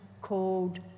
called